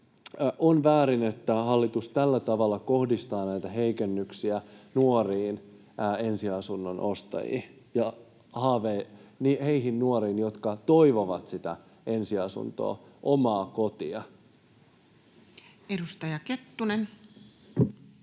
on väärin, että hallitus tällä tavalla kohdistaa näitä heikennyksiä nuoriin ensiasunnon ostajiin ja niihin nuoriin, jotka toivovat sitä ensiasuntoa, omaa kotia. [Speech